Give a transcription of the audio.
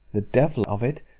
the devil of it,